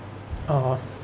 (uh huh)